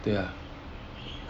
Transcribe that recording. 对 lah